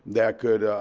that could